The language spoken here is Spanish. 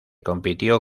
compitió